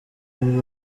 yombi